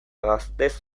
gaztez